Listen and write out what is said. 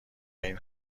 این